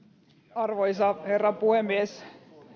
arvoisa herra puhemies